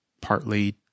partly